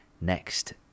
next